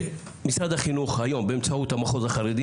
משרד החינוך היום באמצעות המחוז החרדי